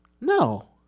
No